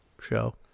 show